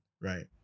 right